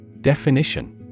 Definition